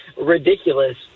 ridiculous